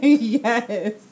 Yes